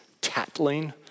tattling